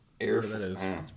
Air